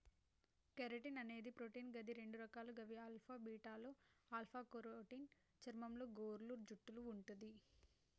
keratin అనేది protein గది రెండు రకాలు గవి ఆల్ఫా, బీటాలు ఆల్ఫ కెరోటిన్ చర్మంలో, గోర్లు, జుట్టులో వుంటది